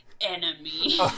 enemy